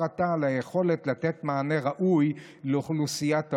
עתה על היכולת לתת מענה ראוי לאוכלוסיית העולים.